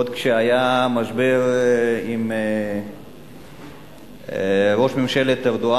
עוד כשהיה משבר עם ראש ממשלת טורקיה,